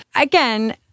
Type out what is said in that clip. Again